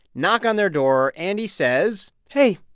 knock on their door. and he says hey,